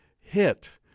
hit